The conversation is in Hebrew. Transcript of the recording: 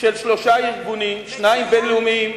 של שלושה ארגונים, שניים בין-לאומיים